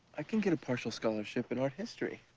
i can get a partial scholarship in art history,